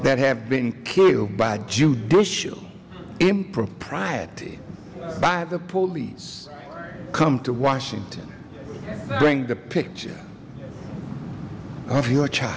that have been killed by judicial impropriety by the police come to washington bring the picture of your child